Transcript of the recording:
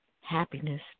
happiness